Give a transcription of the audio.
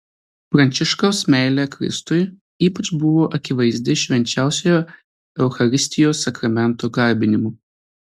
pranciškaus meilė kristui ypač buvo akivaizdi švenčiausiojo eucharistijos sakramento garbinimu